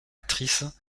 actrice